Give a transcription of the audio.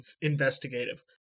investigative